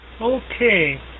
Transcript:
Okay